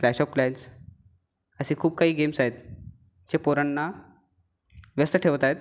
clash of clans असे खूप काही गेम्स आहेत जे पोरांना व्यस्त ठेवत आहेत